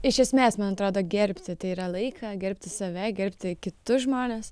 iš esmės man atrado gerbti tai yra laiką gerbti save gerbti kitus žmones